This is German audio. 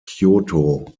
kyōto